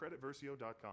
creditversio.com